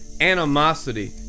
animosity